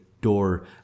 door